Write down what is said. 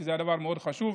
כי זה דבר מאוד חשוב.